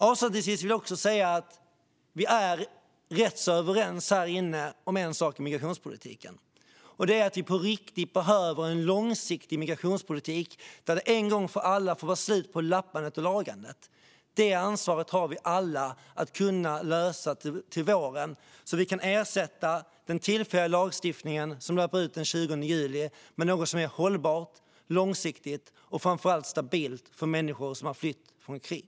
Avslutningsvis vill jag säga att vi här i kammaren är rätt överens om en sak i migrationspolitiken, nämligen att det behövs en långsiktig migra-tionspolitik där det en gång för alla får vara slut med att man lagar och lappar. Vi har alla ett ansvar att kunna lösa detta till våren så att vi kan ersätta den tillfälliga lagstiftning som löper ut den 20 juli med något som är hållbart, långsiktigt och framför allt stabilt för människor som har flytt från krig.